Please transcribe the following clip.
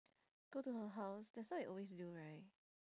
go to her house that's what we always do right